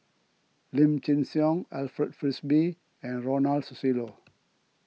Lim Chin Siong Alfred Frisby and Ronald Susilo